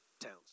towns